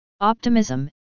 Optimism